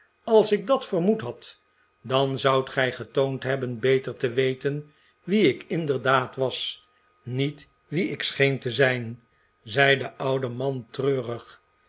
als ik dat vermoed had dan zoudt gij getoond hebben beter te weten wie ik inderdaad was niet wie ik scheen te zijn zei de oude man treurig